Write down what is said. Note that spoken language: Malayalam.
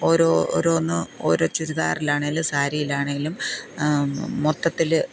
ഓരോ ഓരോന്ന് ഓരോ ചുരിദാറിൽ ആണെങ്കിലും സാരിയിലാണെങ്കിലും മൊത്തത്തിൽ